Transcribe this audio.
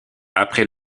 après